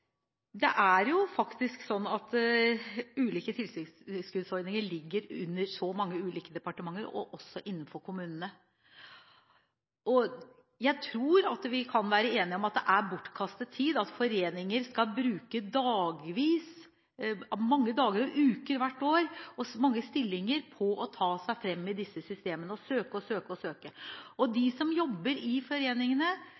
Det gikk jo ikke! Det er faktisk sånn at ulike tilskuddsordninger ligger under så mange ulike departementer og også innenfor kommunene. Jeg tror vi kan være enige om at det er bortkastet tid at foreninger skal bruke mange dager og uker hvert år og mange stillinger på å ta seg fram i disse systemene og søke og søke og søke. De som jobber i foreningene, de som er ansatt der og